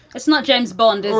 that's not james bond.